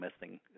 missing